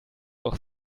doch